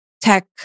tech